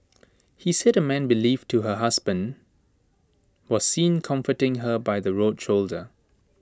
he said A man believed to her husband was seen comforting her by the road shoulder